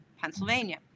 Pennsylvania